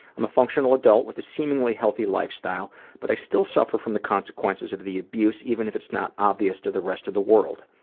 i'm a functional adult with a seemingly healthy lifestyle but i still suffer from the consequences of abuse even if it's not obvious to the rest of the world.